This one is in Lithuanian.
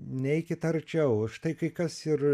neikit arčiau už tai kai kas ir